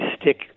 stick